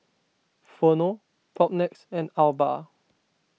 Vono Propnex and Alba